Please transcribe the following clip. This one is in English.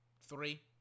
three